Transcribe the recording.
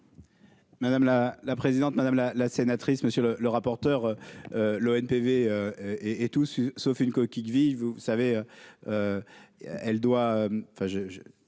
Madame la la présidente, madame la la sénatrice Monsieur le le rapporteur, l'ONPV et est tout sauf une coquille vide, vous savez, elle doit